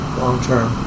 long-term